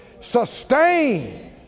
sustain